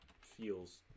feels